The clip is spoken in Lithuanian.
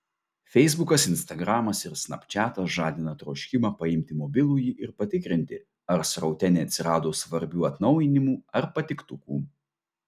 feisbukas instagramas ir snapčiatas žadina troškimą paimti mobilųjį ir patikrinti ar sraute neatsirado svarbių atnaujinimų ar patiktukų